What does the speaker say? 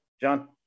John